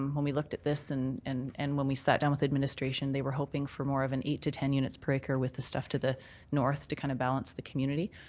um when we looked at this and and and when we sat down with administration they were hoping for more of an eight to ten units per acre with the stuff to the north to kind of balance the community.